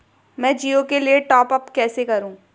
मैं जिओ के लिए टॉप अप कैसे करूँ?